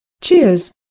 Cheers